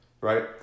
right